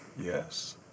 Yes